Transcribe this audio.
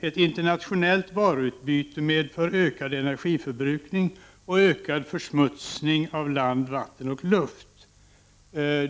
Ett internationellt varuutbyte medför ökad energiförbrukning och ökad nedsmutsning av land, vatten och luft.